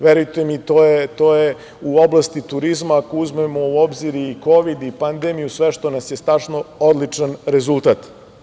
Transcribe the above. Verujte mi, to je u oblasti turizma, ako uzmemo u obzir i Kovid i pandemiju, sve što nas je snašlo, odličan rezultat.